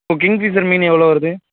இப்போ கிங்க்ஃபிஷர் மீன் எவ்வளோ வருது